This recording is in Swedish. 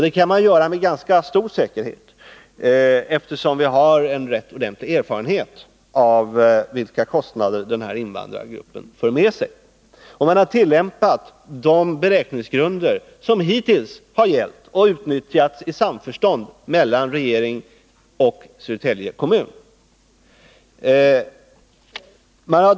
Det kan man göra med ganska stor säkerhet, eftersom man har ordentlig erfarenhet av vilka kostnader den här invandrargruppen för med sig. Man har tillämpat de beräkningsgrunder som hittills gällt och utnyttjats i samförstånd mellan regeringen och Södertälje kommun.